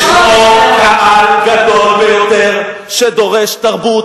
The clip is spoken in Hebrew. ישנו קהל גדול ביותר שדורש תרבות,